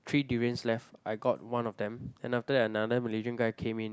three durians left I got one of them and after that another Malaysian guy came in